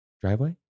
driveway